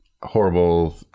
horrible